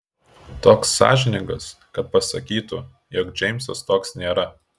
toks sąžiningas kad pasakytų jog džeimsas toks nėra